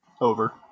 Over